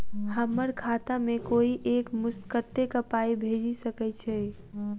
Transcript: हम्मर खाता मे कोइ एक मुस्त कत्तेक पाई भेजि सकय छई?